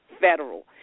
federal